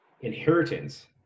inheritance